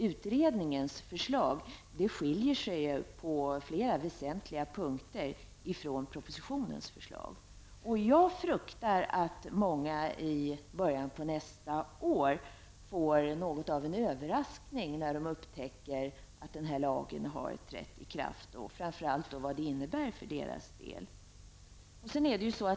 Utredningens förslag skiljer sig faktiskt på flera väsentliga punkter från propositionens förslag. Jag fruktar att många i början på nästa år blir överraskade när de upptäcker att den här lagen har trätt i kraft och ser vad den innebär för dem.